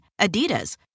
Adidas